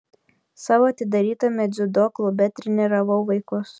savo atidarytame dziudo klube treniravau vaikus